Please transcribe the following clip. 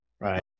Right